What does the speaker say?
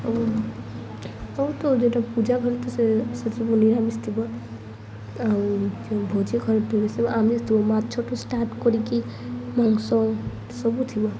ଆଉ ହଉ ତ ଯେଉଁଟା ପୂଜା କର ତ ସେ ସେସବୁ ନିରାମିଷ ଥିବ ଆଉ ଯ ଭୋଜି ଘରେ ଥିବ ସବୁ ଆମିଷ ଥିବ ମାଛଟୁ ଷ୍ଟାର୍ଟ କରିକି ମାଂସ ସବୁ ଥିବ